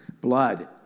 blood